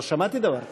לא שמעתי דבר כזה.